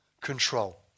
control